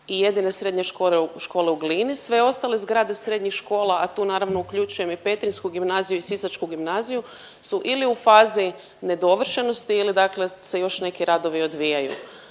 i jedine srednje u Glini sve ostale zgrade srednjih škola, a tu naravno uključujem i petrinjsku gimnaziju i sisačku gimnaziju su ili u fazi nedovršenosti ili dakle se još neki radovi odvijaju.